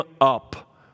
up